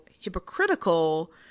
hypocritical